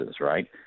right